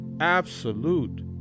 absolute